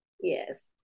Yes